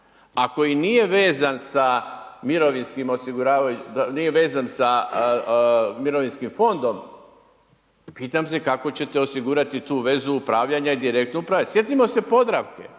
nije vezan sa mirovinskim fondom, pitam se kako ćete osigurati tu vezu upravljanja direktno uprave. Sjetimo se Podravke,